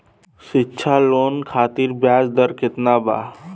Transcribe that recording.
शिक्षा लोन खातिर ब्याज दर केतना बा?